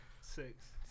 Six